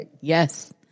Yes